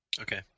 Okay